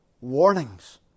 warnings